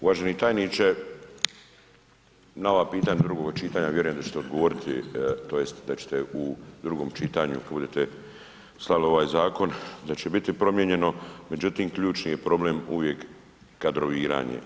Uvaženi tajniče na ova pitanja drugog čitanja vjerujem da ćete odgovoriti tj. da ćete u drugom čitanju kad budete slali ovaj zakon da će biti promijenjeno, međutim ključni je problem uvijek kadroviranje.